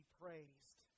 praised